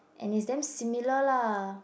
and it's damn similar lah